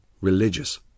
Religious